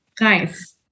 Nice